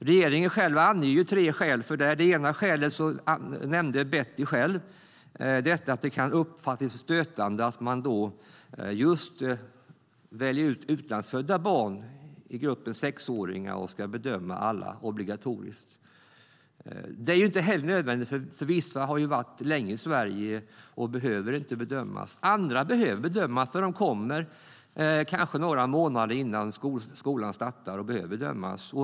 Regeringen anger tre skäl för detta, och ett av dem nämnde Betty Malmberg: Det kan uppfattas som stötande att man väljer ut just utlandsfödda barn ur gruppen sexåringar för obligatorisk bedömning. Det är inte heller nödvändigt, för vissa har varit länge i Sverige och behöver inte bedömas. Andra behöver bedömas, för de kommer kanske några månader innan skolan startar.